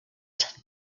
exist